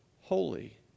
holy